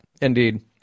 Indeed